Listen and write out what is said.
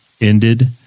ended